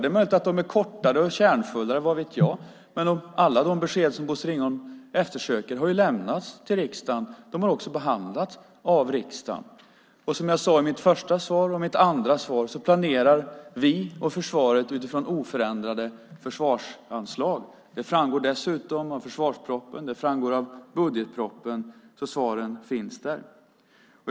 Det är möjligt att de är kortare och kärnfullare; vad vet jag? Men alla de besked som Bosse Ringholm eftersöker har ju lämnats till riksdagen. De har också behandlats av riksdagen. Och som jag sade i mitt första svar och i mitt andra svar planerar vi och försvaret utifrån oförändrade försvarsanslag. Det framgår av försvarspropositionen och av budgetpropositioner, så svaren finns där.